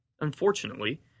Unfortunately